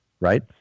Right